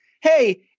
hey